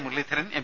Muraleedharan M